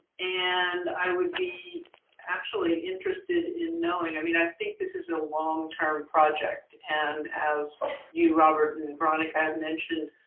and i would be actually interested in knowing i mean, i think this is a long-term project, and as you, robert, and veronica have mentioned,